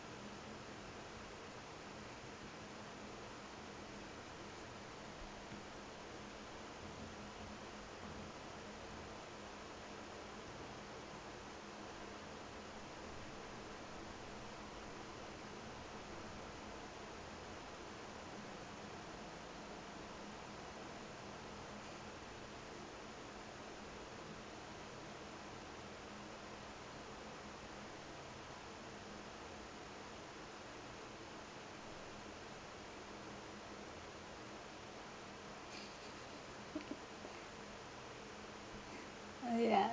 oh ya